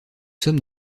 sommes